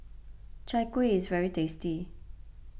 Chai Kuih is very tasty